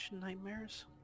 Nightmares